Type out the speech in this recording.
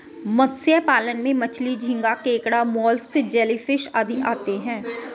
मत्स्य पालन में मछली, झींगा, केकड़ा, मोलस्क, जेलीफिश आदि आते हैं